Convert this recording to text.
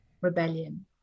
rebellion